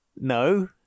no